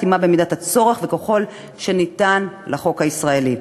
להתאימה במידת הצורך וככל שניתן לחוק הישראלי.